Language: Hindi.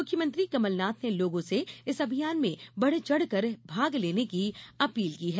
मुख्यमंत्री कमलनाथ ने लोगों से इस अभियान बढचढ कर भाग लेने की अपील की है